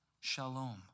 Shalom